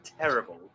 terrible